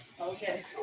Okay